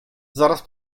zaraz